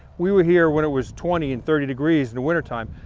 we were here when it was twenty and thirty degrees in the winter time.